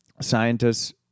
scientists